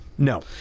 No